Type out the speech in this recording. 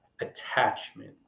attachment